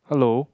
hello